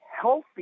healthy